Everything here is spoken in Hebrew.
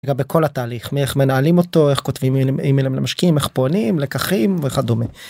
גם בכל התהליך. מאיך מנהלים אותו, איך כותבים אימילים למשקיעים, איך פונים, לקחים וכדומה.